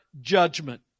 judgment